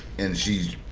and she's,